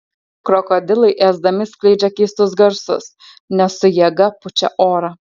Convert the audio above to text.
krokodilai ėsdami skleidžia keistus garsus nes su jėga pučia orą